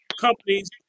companies